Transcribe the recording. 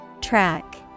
Track